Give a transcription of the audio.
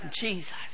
Jesus